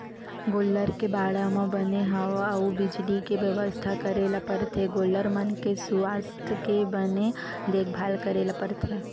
गोल्लर के बाड़ा म बने हवा अउ बिजली के बेवस्था करे ल परथे गोल्लर मन के सुवास्थ के बने देखभाल करे ल परथे